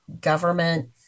government